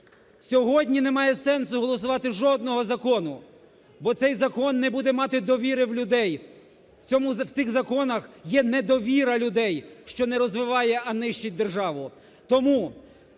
Сьогодні не має сенсу голосувати жодного закону, бо цей закон не буде мати довіри в людей. В цих законах є недовіра людей, що не розвиває, а нищить державу.